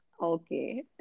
okay